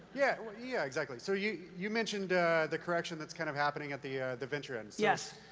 yeah, yeah, exactly. so, you you mentioned the correction that's kind of happening at the the venture end, so. yes!